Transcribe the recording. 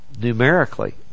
numerically